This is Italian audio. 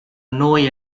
noi